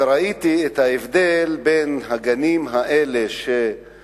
וראיתי את ההבדל בין הגנים של החינוך